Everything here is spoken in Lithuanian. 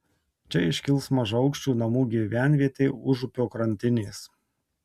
čia iškils mažaaukščių namų gyvenvietė užupio krantinės